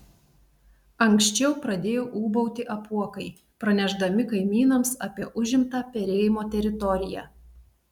anksčiau pradėjo ūbauti apuokai pranešdami kaimynams apie užimtą perėjimo teritoriją